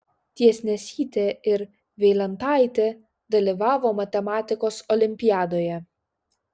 tiesnesytė ir veilentaitė dalyvavo matematikos olimpiadoje